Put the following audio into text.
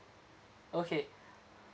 okay